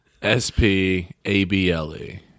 S-P-A-B-L-E